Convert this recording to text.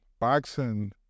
boxing